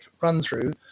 run-through